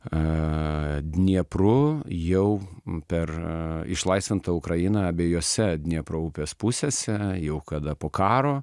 a dniepru jau per išlaisvintą ukrainą abejose dniepro upės pusėse jau kada po karo